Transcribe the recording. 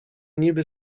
niby